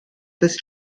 this